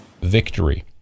victory